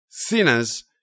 Sinners